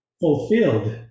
fulfilled